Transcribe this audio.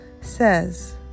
says